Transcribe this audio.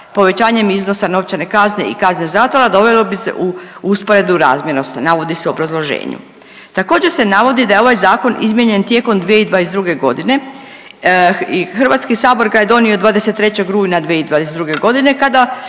Povećanjem iznosa novčane kazne i kazne zatvora dovelo bi se u usporedu .../Govornik se ne razumije./... navodi se u obrazloženju. Također se navodi da je ovaj Zakon izmijenjen tijekom 2022. g., HS ga je donio 23. rujna 2022. g. kada